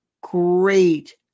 great